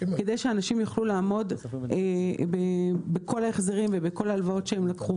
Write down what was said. כדי שאנשים יוכלו לעמוד בכל ההחזרים ובכל ההלוואות שהם לקחו.